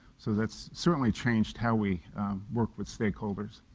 so that's certainly changed how we work with stakeholders,